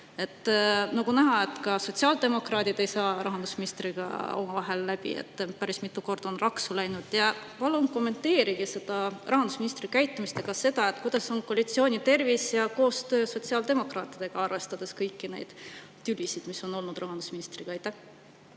Nagu näha, siis ka sotsiaaldemokraadid ei saa rahandusministriga omavahel läbi, päris mitu korda on raksu läinud. Palun kommenteerige seda rahandusministri käitumist ja ka seda, milline on koalitsiooni tervis ja koostöö sotsiaaldemokraatidega, arvestades kõiki neid tülisid, mis on rahandusministriga